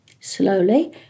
Slowly